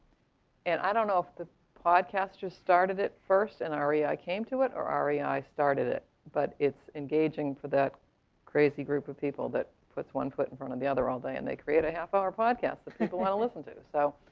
and i don't know if the podcast just started it first and ah rei came to it or um rei started it but it's engaging for that crazy group of people that puts one foot in front of the other all day and they create a half hour podcast that people wanna listen to. so